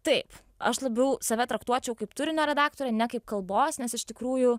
taip aš labiau save traktuočiau kaip turinio redaktorę ne kaip kalbos nes iš tikrųjų